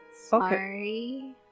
Sorry